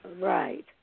Right